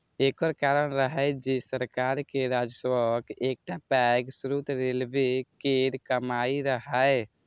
एकर कारण रहै जे सरकार के राजस्वक एकटा पैघ स्रोत रेलवे केर कमाइ रहै